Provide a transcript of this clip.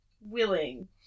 willing